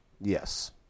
Yes